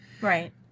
Right